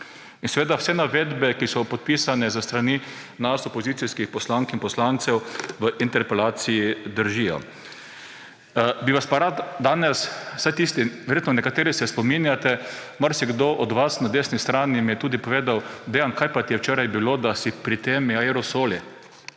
In seveda vse navedbe, ki so podpisane s strani nas, opozicijskih poslank in poslancev, v interpelaciji držijo. Bi vas pa rad danes, vsaj tiste …, verjetno nekateri se spominjate, marsikdo od vas na desni strani mi je tudi povedal – Dejan, kaj pa ti je včeraj bilo, da si pri temi aerosoli